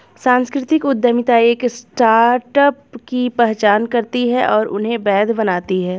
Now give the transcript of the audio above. सांस्कृतिक उद्यमिता नए स्टार्टअप की पहचान करती है और उन्हें वैध बनाती है